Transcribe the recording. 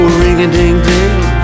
ring-a-ding-ding